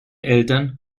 eltern